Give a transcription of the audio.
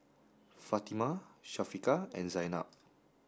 Fatimah Syafiqah and Zaynab